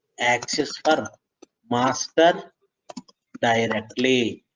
axis but master directly